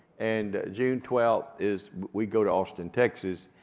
and june, twelfth is we go to austin, texas,